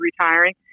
retiring